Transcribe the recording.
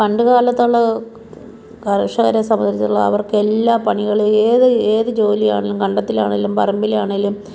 പണ്ട് കാലത്തുള്ള കർഷകരെ സംബന്ധിച്ചുള്ള അവർക്ക് എല്ലാ പണികളും ഏത് ഏത് ജോലിയാണേലും കണ്ടത്തിലാണേലും പറമ്പിലാണേലും